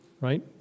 right